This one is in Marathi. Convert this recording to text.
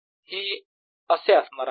हे असे असणार आहे